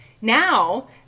now